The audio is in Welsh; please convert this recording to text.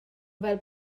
fel